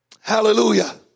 hallelujah